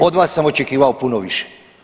Od vas sam očekivao puno više.